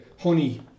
honey